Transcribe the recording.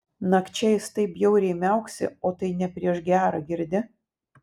nakčia jis taip bjauriai miauksi o tai ne prieš gera girdi